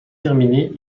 terminé